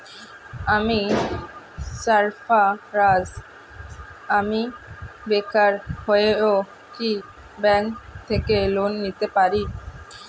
আমি সার্ফারাজ, আমি বেকার হয়েও কি ব্যঙ্ক থেকে লোন নিতে পারি?